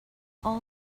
all